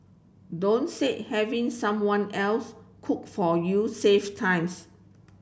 don't say having someone else cook for you saves times